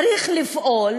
צריך לפעול